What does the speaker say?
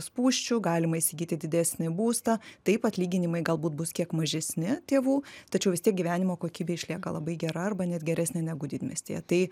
spūsčių galima įsigyti didesnį būstą taip atlyginimai galbūt bus kiek mažesni tėvų tačiau vis tiek gyvenimo kokybė išlieka labai gera arba net geresnė negu didmiestyje tai